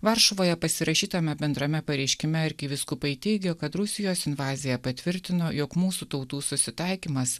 varšuvoje pasirašytame bendrame pareiškime arkivyskupai teigia kad rusijos invazija patvirtino jog mūsų tautų susitaikymas